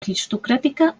aristocràtica